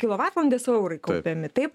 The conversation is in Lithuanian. kilovatvalandės o eurai kaupiami taip